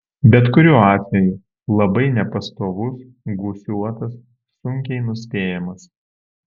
bet kuriuo atveju labai nepastovus gūsiuotas sunkiai nuspėjamas